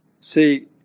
See